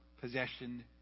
Possession